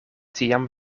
tiam